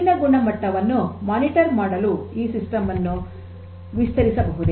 ನೀರಿನ ಗುಣಮಟ್ಟವನ್ನು ಮೇಲ್ವಿಚಾರಣೆ ಮಾಡಲು ಈ ಸಿಸ್ಟಮ್ ಅನ್ನು ವಿಸ್ತರಿಸಬಹುದೇ